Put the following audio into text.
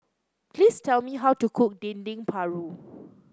please tell me how to cook Dendeng Paru